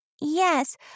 Yes